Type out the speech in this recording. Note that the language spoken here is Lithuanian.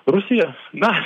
rusija na